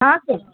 ہاں سر